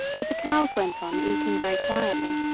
but the cows went on eating very quietly,